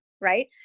right